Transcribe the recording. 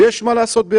חזרנו אחרי הסגר הראשון.